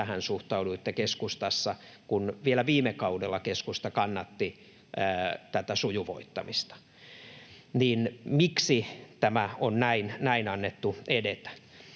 tähän suhtauduitte keskustassa, kun vielä viime kaudella keskusta kannatti tätä sujuvoittamista. Miksi tämän on näin annettu edetä?